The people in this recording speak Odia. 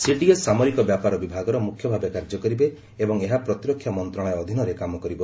ସିଡିଏସ୍ ସାମରିକ ବ୍ୟାପାର ବିଭାଗର ମୁଖ୍ୟଭାବେ କାର୍ଯ୍ୟ କରିବେ ଏବଂ ଏହା ପ୍ରତିରକ୍ଷା ମନ୍ତ୍ରଣାଳୟ ଅଧୀନରେ କାମ କରିବ